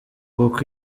kuko